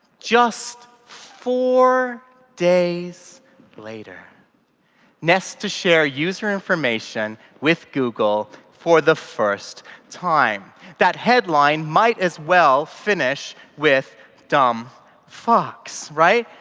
just four days later nest to share user information with google for the first time that headline might as well finish with dumb fucks, right?